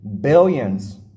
billions